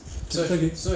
capital gain